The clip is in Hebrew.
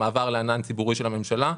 המעבר לענן ציבורי של הממשלה,